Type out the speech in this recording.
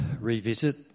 revisit